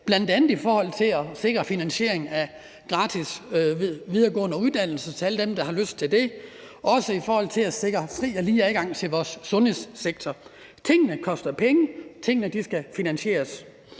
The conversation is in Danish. bl.a. i forhold til at sikre finansiering af gratis videregående uddannelse til alle dem, der har lyst til det, og også i forhold til at sikre fri og lige adgang til vores sundhedssektor. Tingene koster penge, tingene skal finansieres.